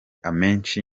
amenshi